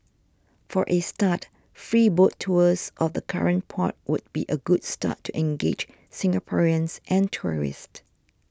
for a start free boat tours of the current port could be a good start to engage Singaporeans and tourists